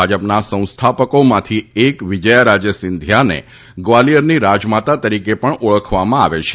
ભાજપના સંસ્થાપકોમાંથી એક વિજયારાજે સિંધિયાને ગ્વાલિયરની રાજમાતા તરીકે પણ ઓળખવામાં આવે છે